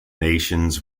nations